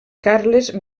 carles